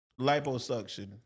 Liposuction